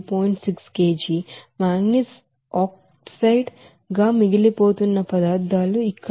6 కిలోలు manganese oxide గా మిగిలిపోతున్న పదార్థాలు ఇక్కడ మీకు 0